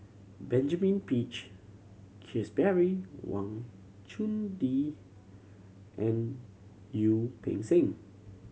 Benjamin Peach Keasberry Wang Chunde and Peng Seng